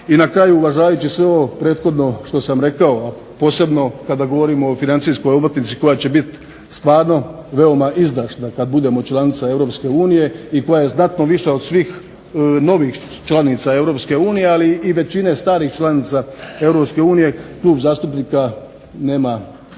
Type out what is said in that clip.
I na kraju uvažavajući sve ovo prethodno što sam rekao, a posebno kada govorimo o financijskoj omotnici koja će biti stvarno veoma izdašna kad budemo članica Europske unije, i koja je znatno viša od svih novih članica Europske unije, ali i većine starih članica Europske unije klub zastupnika nema drugoga